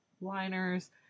liners